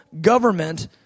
government